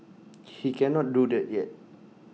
she cannot do that yet